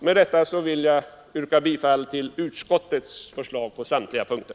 Med detta vill jag yrka bifall till utskottets förslag på samtliga punkter.